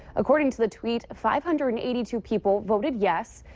according to the tweet, five hundred and eighty two people voted yes,